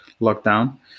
lockdown